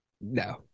No